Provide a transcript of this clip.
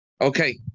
Okay